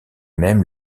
même